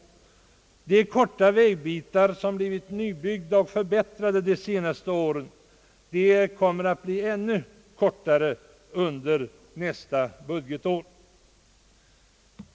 De korta vägbitar som blivit nybyggda och förbättrade de senaste åren kommer att motsvaras av ännu kortare under nästa budgetår.